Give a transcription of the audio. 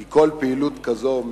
כי כל פעילות כזו,